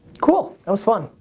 cool, that was fun,